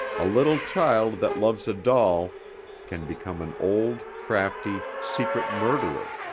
a little child that loves a doll can become an old, crafty, secret murderer.